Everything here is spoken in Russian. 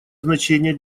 значение